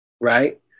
right